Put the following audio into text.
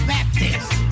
Baptist